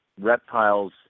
reptiles